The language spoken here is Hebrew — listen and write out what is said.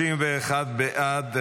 31 בעד,